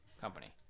company